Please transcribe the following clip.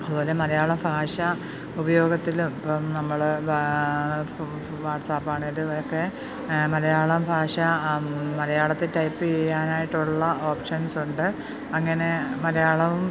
അതുപോലെ മലയാളഭാഷ ഉപയോഗത്തിലും ഇപ്പം നമ്മൾ വാട്സപ്പാണെങ്കിലും ഒക്കെ മലയാളഭാഷ മലയാളത്തിൽ ടൈപ്പ് ചെയ്യാനായിട്ടുള്ള ഓപ്ഷൻസുണ്ട് അങ്ങനെ മലയാളം